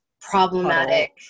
problematic